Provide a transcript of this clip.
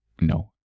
no